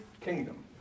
kingdom